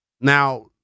Now